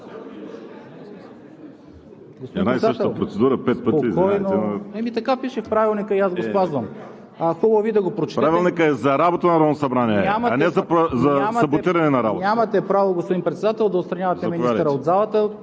Нямате право, господин Председател, да отстранявате министъра от залата.